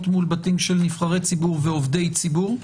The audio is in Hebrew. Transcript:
מול בתים של עובדי ציבור ונבחרי ציבור,